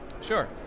Sure